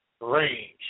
range